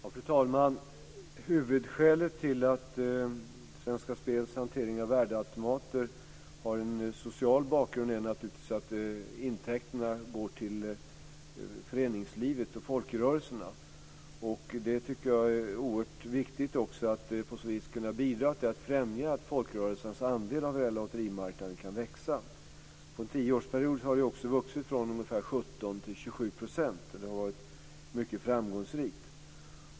Fru talman! Huvudskälet till att Svenska Spels hantering av värdeautomater har en social bakgrund är naturligtvis att intäkterna går till föreningslivet och folkrörelserna. Jag tycker också att det är oerhört viktigt att på så vis kunna bidra till att främja att folkrörelsernas andel av lotterimarknaden kan växa. På en tioårsperiod har den också vuxit från ungefär 17 till 27 %. Det har varit mycket framgångsrikt.